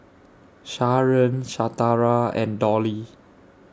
Sharen Shatara and Dolly